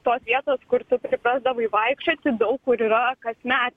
tos vietos kur tu priprasdavai vaikščioti daug kur yra kasmet